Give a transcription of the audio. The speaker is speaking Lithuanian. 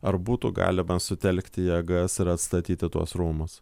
ar būtų galima sutelkti jėgas ir atstatyti tuos rūmus